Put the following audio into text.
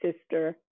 sister